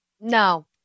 No